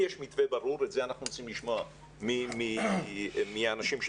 אנחנו רוצים לשמוע האם יש מתווה ברור,